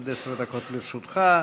עד עשר דקות לרשותך.